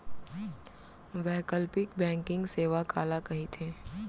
वैकल्पिक बैंकिंग सेवा काला कहिथे?